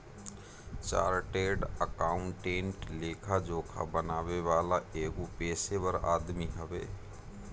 chartered accountant लेखा जोखा बनावे वाला एगो पेशेवर आदमी हवे